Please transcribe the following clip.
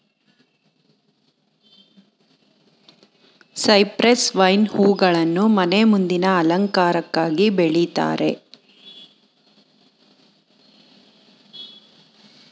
cypress vine ಹೂಗಳನ್ನು ಮನೆ ಮುಂದಿನ ಅಲಂಕಾರಕ್ಕಾಗಿ ಬೆಳಿತಾರೆ